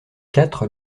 quatre